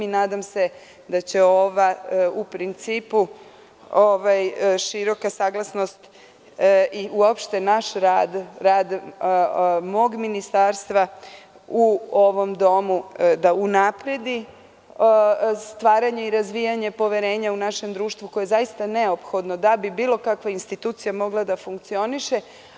Nadam se da će široka saglasnost i naš rad, rad mog Ministarstva u ovom domu da unapredi stvaranje i razvijanje poverenja u našem društvu koje je neophodno da bi bilo kakva institucija mogla da funkcioniše.